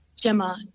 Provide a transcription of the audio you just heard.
Gemma